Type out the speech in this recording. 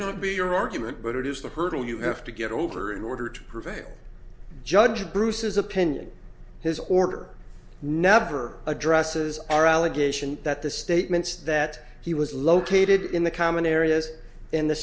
not be your argument but it is the hurdle you have to get over in order to prevail judge bruce's opinion his order never addresses our allegation that the statements that he was located in the common areas in the